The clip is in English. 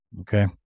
Okay